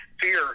Fear